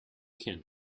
can’t